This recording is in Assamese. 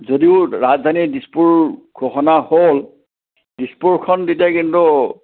যদিও ৰাজধানী দিছপুৰ ঘোষণা হ'ল দিছপুৰখন তেতিয়া কিন্তু